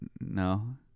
no